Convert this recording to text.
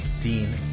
Dean